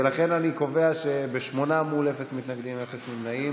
אני קובע שברוב של שמונה מול אפס מתנגדים ואפס נמנעים,